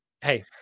hey